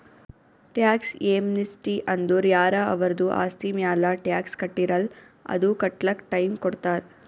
tax amnesty ಅಂದುರ್ ಯಾರ ಅವರ್ದು ಆಸ್ತಿ ಮ್ಯಾಲ ಟ್ಯಾಕ್ಸ್ ಕಟ್ಟಿರಲ್ಲ್ ಅದು ಕಟ್ಲಕ್ ಟೈಮ್ ಕೊಡ್ತಾರ್